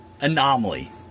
anomaly